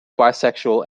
bisexual